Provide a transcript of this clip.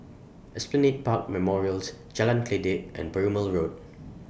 Esplanade Park Memorials Jalan Kledek and Perumal Road